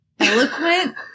eloquent